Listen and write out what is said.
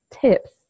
tips